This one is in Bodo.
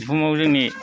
बुहुमाव जोंनि